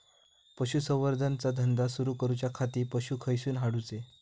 पशुसंवर्धन चा धंदा सुरू करूच्या खाती पशू खईसून हाडूचे?